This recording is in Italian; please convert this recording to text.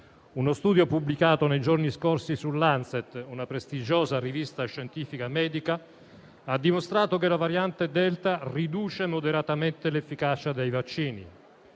Uno studio pubblicato nei giorni scorsi su «The Lancet», una prestigiosa rivista scientifica medica, ha dimostrato che la variante Delta riduce moderatamente l'efficacia dei vaccini.